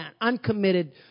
uncommitted